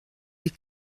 wie